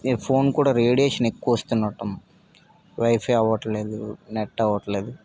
ఈ ఫోన్ కూడా రేడియేషన్ ఎక్కువ వస్తున్నట్టుంది వైఫై అవ్వట్లేదు నెట్ అవ్వట్లేదు